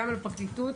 לפרקליטות,